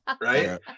right